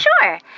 Sure